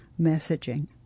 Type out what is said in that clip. messaging